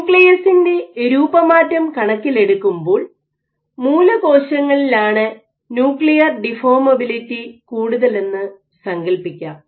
ന്യൂക്ലിയസിന്റെ രൂപമാറ്റം കണക്കിലെടുക്കുമ്പോൾ മൂല കോശങ്ങളിലാണ് ന്യൂക്ലിയർ ഡിഫോർമബിലിറ്റി കൂടുതലെന്ന് ഒരാൾക്ക് സങ്കല്പിക്കാം